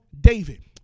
David